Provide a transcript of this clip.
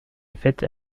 faites